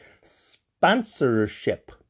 sponsorship